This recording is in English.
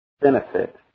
benefit